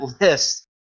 list